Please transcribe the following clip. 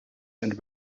and